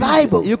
Bible